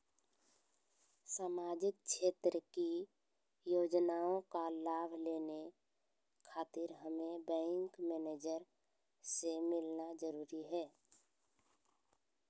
सामाजिक क्षेत्र की योजनाओं का लाभ लेने खातिर हमें बैंक मैनेजर से मिलना जरूरी है?